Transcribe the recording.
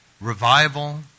revival